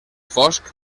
fosc